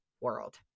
world